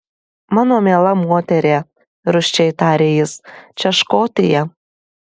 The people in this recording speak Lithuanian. mano miela moterie rūsčiai tarė jis čia škotija